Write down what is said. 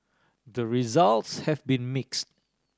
the results have been mix